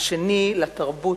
השני לתרבות,